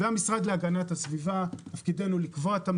גם במשרד להגנת הסביבה תפקידנו לקבוע את המדיניות,